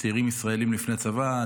צעירים ישראלים לפני צבא,